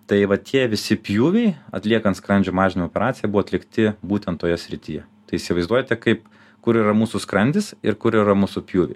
tai va tie visi pjūviai atliekant skrandžio mažinimo operaciją buvo atlikti būtent toje srityje tai įsivaizduojate kaip kur yra mūsų skrandis ir kur yra mūsų pjūviai